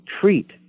treat